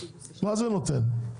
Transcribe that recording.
מה זה נותן?